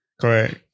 Correct